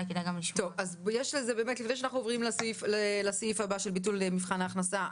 לפני שאנחנו עוברים לסעיף הבא בנוגע לביטול מבחן ההכנסה,